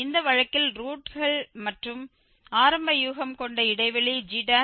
இந்த வழக்கில் ரூட்கள் மற்றும் ஆரம்ப யூகம் கொண்ட இடைவெளி g1